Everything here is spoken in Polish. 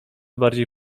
bardziej